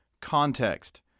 context